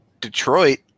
Detroit